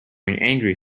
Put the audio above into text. angry